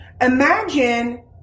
Imagine